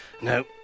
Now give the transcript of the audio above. No